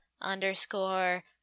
underscore